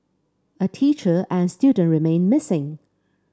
a teacher and student remain missing